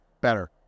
better